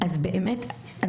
אז באמת,